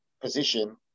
position